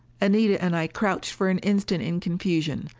anita and i crouched for an instant in confusion,